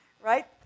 Right